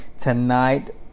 Tonight